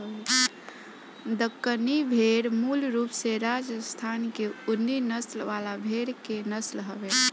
दक्कनी भेड़ मूल रूप से राजस्थान के ऊनी नस्ल वाला भेड़ के नस्ल हवे